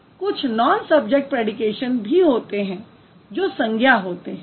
कुछ non subject predication भी होते हैं जो संज्ञा होते हैं